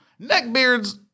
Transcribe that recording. neckbeards